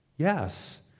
yes